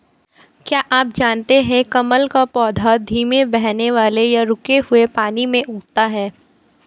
क्या आप जानते है कमल का पौधा धीमे बहने वाले या रुके हुए पानी में उगता है?